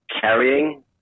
carrying